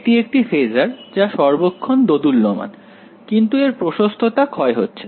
এটি একটি ফেজার যা সর্বক্ষণ দোদুল্যমান কিন্তু এর প্রশস্ততা ক্ষয় হচ্ছে